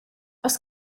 oes